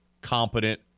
competent